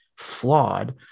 flawed